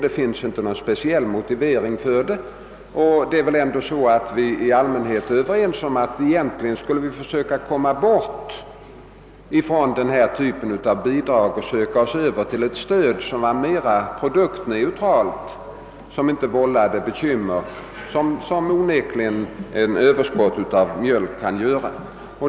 Det finns inte någon speciell motivering för det, och i allmänhet är vi väl överens om att vi egentligen skulle försöka komma bort från denna typ av bidrag och söka oss över till ett stöd som vore mera produktneutralt och som inte vållade bekymmer, vilket onekligen ett överskott av mjölk kan göra.